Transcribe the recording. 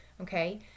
Okay